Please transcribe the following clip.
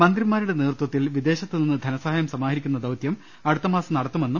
മന്ത്രിമാരുടെ നേതൃത്വത്തിൽ വിദേശത്തുനിന്ന് ധന സഹായം സമാഹരിക്കുന്ന ദൌത്യം അടുത്തമാസം നടത്തും